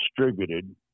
distributed